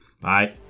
Bye